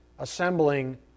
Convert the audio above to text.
assembling